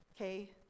okay